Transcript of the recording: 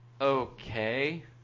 okay